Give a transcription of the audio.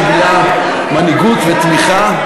שגילה מנהיגות ותמיכה,